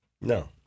No